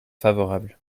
favorable